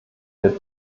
der